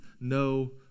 no